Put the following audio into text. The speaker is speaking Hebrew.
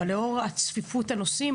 אבל לאור צפיפות הנושאים,